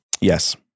Yes